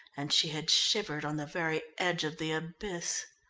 and she had shivered on the very edge of the abyss.